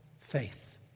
faith